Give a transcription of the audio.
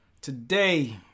Today